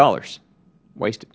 dollars waste